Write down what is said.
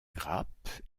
grappes